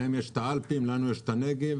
להם יש האלפים, לנו יש הנגב.